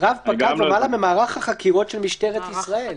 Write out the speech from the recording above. פקד ומעלה במערך החקירות של משטרת ישראל".